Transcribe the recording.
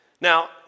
Now